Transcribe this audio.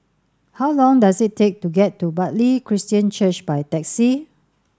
how long does it take to get to Bartley Christian Church by taxi